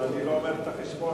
אבל אני לא אומר את החשבון,